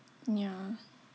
yeah